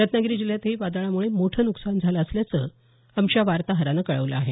रत्नागिरी जिल्ह्यातही वादळामुळे मोठं नुकसान झालं असल्याचं आमच्या वार्ताहरानं कळवल आहे